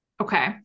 Okay